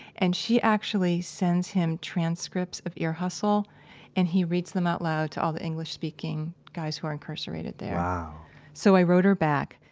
and she actually sends him transcripts of ear hustle and he reads them out loud to all the english speaking guys who are incarcerated there wow so i wrote her back,